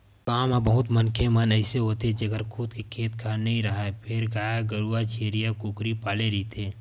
गाँव म बहुत मनखे मन अइसे होथे जेखर खुद के खेत खार नइ राहय फेर गाय गरूवा छेरीया, कुकरी पाले रहिथे